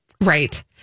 Right